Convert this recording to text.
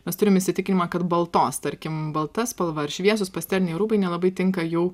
mes turim įsitikinimą kad baltos tarkim balta spalva ar šviesūs pasteliniai rūbai nelabai tinka jau